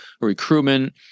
recruitment